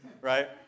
right